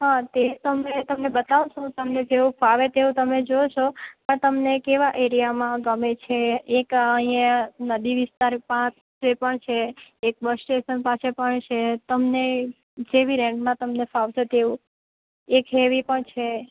હા તે તમે તમને બતાવો શો તમને જેવું ફાવે તેવું તમે જોશો તમને કેવા એરિયામાં ગમે છે એક અહીંયા નદી વિસ્તારમાં તે પણ છે એક બસ સ્ટેશન પાસે પણ છે તમને જેવી રેન્જમાં તમને ફાવશે તેવું એક હેવી પણ છે